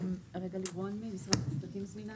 את מתכוונת לפקח